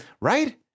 Right